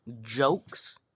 jokes